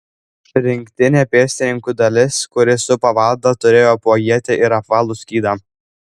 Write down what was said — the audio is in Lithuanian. rinktinė pėstininkų dalis kuri supa vadą turėjo po ietį ir apvalų skydą